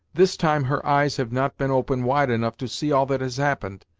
this time, her eyes have not been open wide enough to see all that has happened.